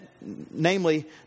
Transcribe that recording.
namely